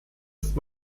ist